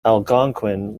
algonquin